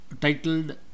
titled